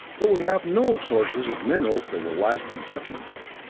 but we have no sources of minerals that will last indefinitely.